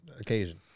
occasion